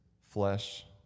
flesh